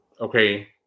Okay